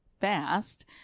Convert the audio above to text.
fast